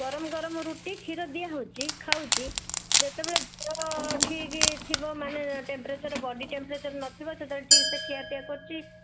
ଗରମ ଗରମ ରୁଟି କ୍ଷୀର ଦିଆ ହେଉଛି ଖାଉଛି ଯେତେବେଳେ ଦେହ ଠିକ୍ ଥିବ ମାନେ ଟେମ୍ପରେଚର୍ ବଡ଼ି ଟେମ୍ପରେଚର୍ ନଥିବ ଠିକ୍ ସେ ଖିଆପିଆ କରୁଛି କଥାବାର୍ତ୍ତା ହେଉଛି